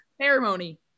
ceremony